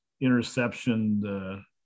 interception